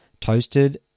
Toasted